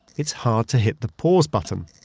it's hard to hit the pause button.